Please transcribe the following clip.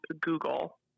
Google